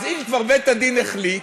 אם כבר בית-הדין החליט,